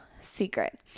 secret